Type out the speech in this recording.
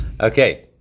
Okay